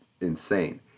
insane